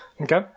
okay